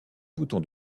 bouton